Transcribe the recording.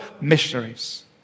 Missionaries